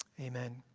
amen.